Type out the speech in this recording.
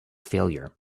failure